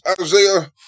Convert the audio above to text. Isaiah